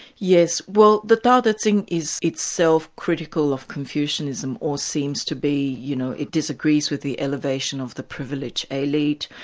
yes, well the tao te ching is itself critical of confucianism, or seems to be you know, it disagrees with the elevation of the privileged elite,